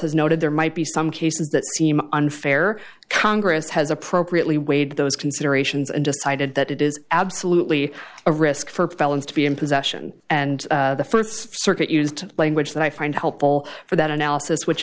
has noted there might be some cases that seem unfair congress has appropriately weighed those considerations and decided that it is absolutely a risk for felons to be in possession and the st circuit used language that i find helpful for that analysis which